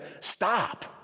stop